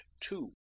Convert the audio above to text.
Two